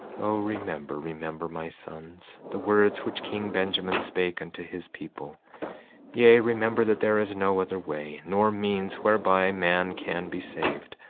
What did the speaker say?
o remember, remember, my sons, the words which king benjamin spake unto his people yea, remember that there is no other way nor means whereby man can be saved,